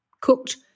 cooked